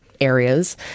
areas